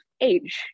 age